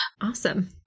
Awesome